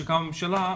כשקמה ממשלה,